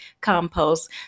compost